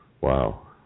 Wow